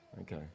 okay